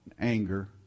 anger